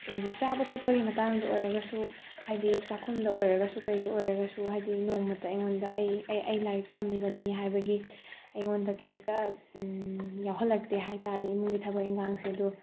ꯆꯥꯕ ꯊꯛꯄꯒꯤ ꯃꯇꯥꯡꯗ ꯑꯣꯏꯔꯒꯁꯨ ꯍꯥꯏꯗꯤ ꯆꯥꯛꯈꯨꯝꯗ ꯑꯣꯏꯔꯒꯁꯨ ꯀꯩꯗ ꯑꯣꯏꯔꯒꯁꯨ ꯍꯥꯏꯗꯤ ꯅꯣꯡꯃꯇ ꯑꯩꯉꯣꯟꯗ ꯑꯩ ꯑꯩ ꯑꯩ ꯂꯥꯏꯔꯤꯛ ꯇꯝꯃꯤꯕꯅꯤ ꯍꯥꯏꯕꯒꯤ ꯑꯩꯉꯣꯟꯗ ꯀꯩꯝꯇ ꯌꯥꯎꯍꯜꯂꯛꯇꯦ ꯍꯥꯏꯇꯥꯔꯦ ꯏꯃꯨꯡꯒꯤ ꯊꯕꯛ ꯏꯪꯈꯥꯡꯁꯦ ꯑꯗꯣ